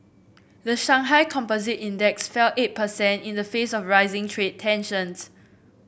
the Shanghai Composite Index fell eight present in the face of rising trade tensions